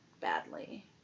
badly